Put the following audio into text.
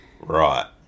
right